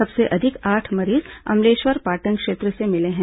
सबसे अधिक आठ मरीज अम्लेश्वर पाटन क्षेत्र से मिले हैं